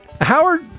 Howard